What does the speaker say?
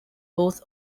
both